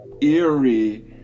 eerie